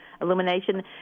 illumination